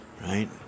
Right